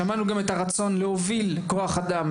ושמענו גם את הרצון להוביל כוח אדם